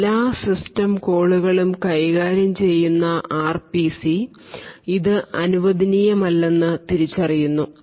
എല്ലാ സിസ്റ്റം കോളുകളും കൈകാര്യം ചെയ്യുന്ന ആർപിസി ഇത് അനുവദനീയമല്ലെന്ന് തിരിച്ചറിയുന്നു